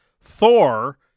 Thor